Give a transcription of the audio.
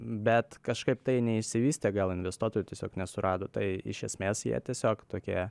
bet kažkaip tai neišsivystė gal investuotojų tiesiog nesurado tai iš esmės jie tiesiog tokie